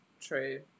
true